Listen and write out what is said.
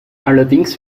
allerdings